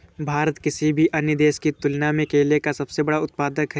भारत किसी भी अन्य देश की तुलना में केले का सबसे बड़ा उत्पादक है